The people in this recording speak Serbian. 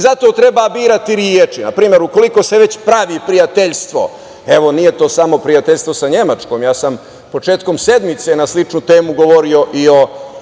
Zato treba birati reči. Na primer, ukoliko se već pravi prijateljstvo, evo nije to samo prijateljstvo sa Nemačkom. Ja sam početkom sedmice na sličnu temu govorio i o